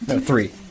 Three